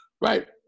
Right